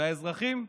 והאזרחים?